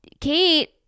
Kate